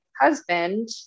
husband